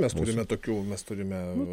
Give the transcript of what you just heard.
mes turime tokių mes turime